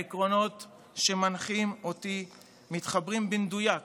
העקרונות שמנחים אותי מתחברים במדויק